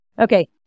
Okay